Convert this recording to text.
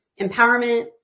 empowerment